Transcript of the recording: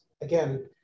Again